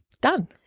done